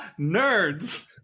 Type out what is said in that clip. nerds